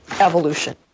evolution